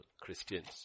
Christians